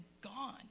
gone